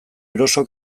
eroso